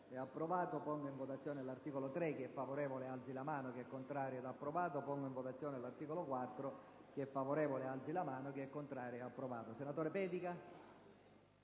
Senatore Pedica,